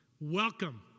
Welcome